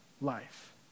life